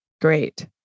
Great